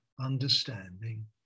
understanding